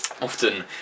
Often